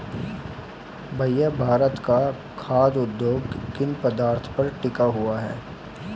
भैया भारत का खाघ उद्योग किन पदार्थ पर टिका हुआ है?